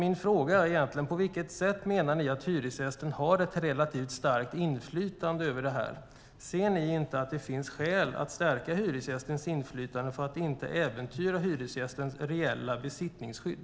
Min fråga är egentligen: På vilket sätt menar ni att hyresgästen har ett relativt starkt inflytande över detta? Ser ni inte att det finns skäl att stärka hyresgästens inflytande för att inte äventyra hyresgästens reella besittningsskydd?